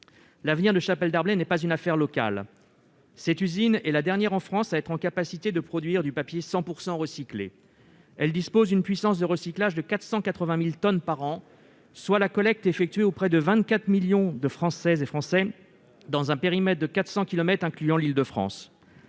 L'avenir de ce site n'est pas une affaire locale. L'usine est la dernière en France à être en capacité de produire du papier 100 % recyclé. Elle dispose d'une puissance de recyclage de 480 000 tonnes par an, soit la collecte effectuée auprès de 24 millions de Français, dans un périmètre de 400 kilomètres incluant l'Île-de-France.